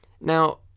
Now